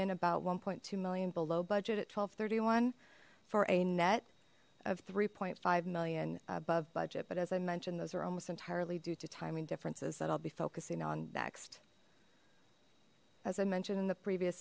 in about one two million below budget at twelve thirty one for a net of three five million above budget but as i mentioned those are almost entirely due to timing differences that i'll be focusing on next as i mentioned in the previous